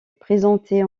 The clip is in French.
présenter